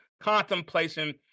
contemplation